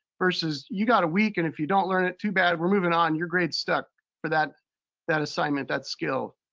versus, you've got a week, and if you don't learn it, too bad, you're moving on, your grade stuck for that that assignment, that skill.